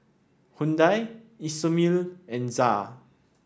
Hyundai Isomil and ZA